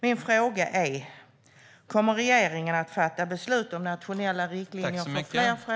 Min fråga är: Kommer regeringen att fatta beslut om nationella riktlinjer för fler sjukdomar?